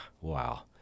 wow